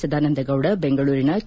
ಸದಾನಂದಗೌಡ ಬೆಂಗಳೂರಿನ ಕೆ